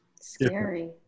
scary